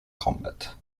combat